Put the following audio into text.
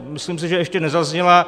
Myslím si, že ještě nezazněla.